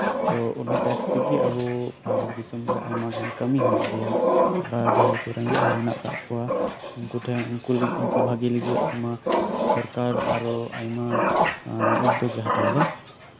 ᱛᱚ ᱚᱱᱟ ᱴᱮᱠᱥ ᱛᱮᱜᱮ ᱟᱵᱚ ᱵᱷᱟᱨᱚᱛ ᱫᱤᱥᱚᱢ ᱨᱮ ᱟᱭᱢᱟ ᱜᱟᱱ ᱠᱟᱹᱢᱤ ᱦᱳᱭᱳᱜ ᱜᱮᱭᱟ ᱵᱟ ᱡᱟᱦᱟᱸᱭ ᱠᱚ ᱨᱮᱸᱜᱮᱡ ᱦᱚᱲ ᱢᱮᱱᱟᱜ ᱟᱠᱟᱫ ᱠᱚᱣᱟ ᱩᱱᱠᱩ ᱴᱷᱮᱱ ᱩᱱᱠᱩ ᱞᱟᱜᱤᱫ ᱩᱱᱠᱩ ᱵᱷᱟᱜᱮ ᱞᱟᱹᱜᱤᱫ ᱟᱭᱢᱟ ᱥᱚᱨᱠᱟᱨ ᱟᱨᱦᱚᱸ ᱟᱭᱢᱟ ᱩᱫᱽᱫᱳᱜᱽ ᱮ ᱦᱟᱛᱟᱣ ᱮᱫᱟ